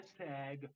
hashtag